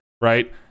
right